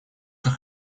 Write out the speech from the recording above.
как